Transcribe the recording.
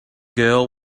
girl